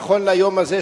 נכון ליום הזה,